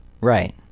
Right